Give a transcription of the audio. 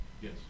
Yes